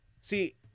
See